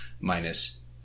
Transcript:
minus